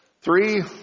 Three